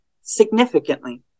significantly